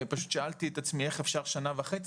פשוט שאלתי את עצמי איך אפשר שנה וחצי,